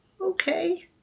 okay